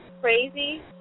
crazy